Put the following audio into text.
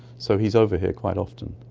so he's over here quite often.